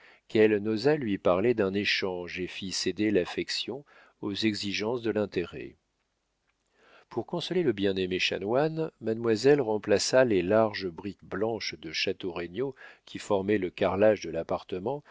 qu'elle n'osa lui parler d'un échange et fit céder l'affection aux exigences de l'intérêt pour consoler le bien-aimé chanoine mademoiselle remplaça les larges briques blanches de château regnauld qui formaient le carrelage de l'appartement